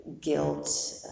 guilt